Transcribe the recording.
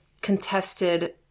contested